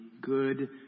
good